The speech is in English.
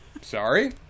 Sorry